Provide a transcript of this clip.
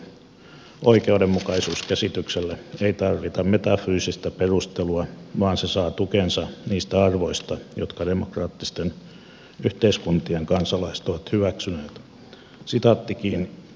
poliittiselle oikeudenmukaisuuskäsitykselle ei tarvita metafyysistä perustelua vaan se saa tukensa niistä arvoista jotka demokraattisten yhteiskuntien kansalaiset ovat hyväksyneet